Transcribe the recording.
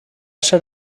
ser